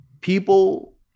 people